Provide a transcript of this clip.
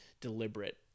deliberate